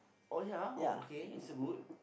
oh ya okay it's good